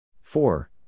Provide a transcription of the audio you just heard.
Four